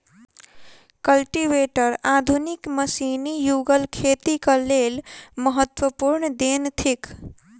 cultivator आधुनिक मशीनी युगक खेतीक लेल महत्वपूर्ण देन थिक